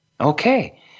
okay